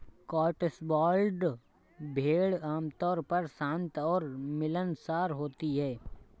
Cotswold भेड़ आमतौर पर शांत और मिलनसार होती हैं